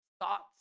thoughts